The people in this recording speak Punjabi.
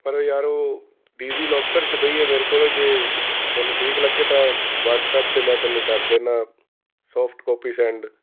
ਪਰ ਯਾਰ ਉਹ ਡੀ ਜੀ ਲੋਕਰ 'ਚ ਪਈ ਹੈ ਮੇਰੇ ਕੋਲ ਜੇ ਤੈਨੂੰ ਠੀਕ ਲੱਗੇ ਤਾਂ ਵਟਸਐਪ 'ਤੇ ਮੈਂ ਤੈਨੂੰ ਕਰ ਦਿੰਦਾ ਸੋਫਟ ਕਾਪੀ ਸੈਂਡ